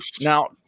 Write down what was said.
Now